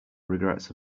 regrets